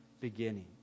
beginning